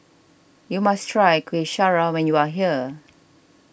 you must try Kuih Syara when you are here